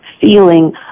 feeling